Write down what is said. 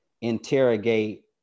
interrogate